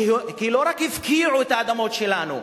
כי לא רק הפקיעו את האדמות שלנו,